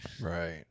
right